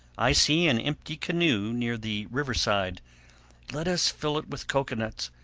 i see an empty canoe near the river-side let us fill it with cocoanuts,